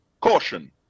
Caution